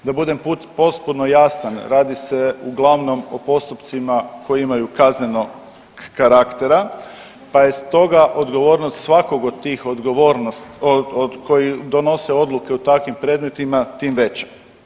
Da budem potpuno jasan radi se uglavnom o postupcima koji imaju kaznenog karaktera pa je stoga odgovornost svakog od tih odgovornost, koji donose donese odluke u takvim predmetima tim veća.